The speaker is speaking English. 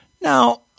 Now